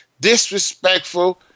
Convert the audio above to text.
disrespectful